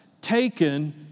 taken